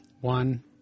One